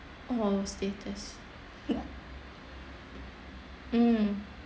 mm